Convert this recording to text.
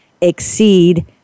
exceed